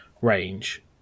range